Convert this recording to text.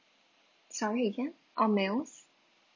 sorry again oh meals